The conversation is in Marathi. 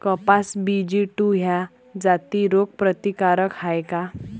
कपास बी.जी टू ह्या जाती रोग प्रतिकारक हाये का?